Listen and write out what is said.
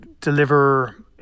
deliver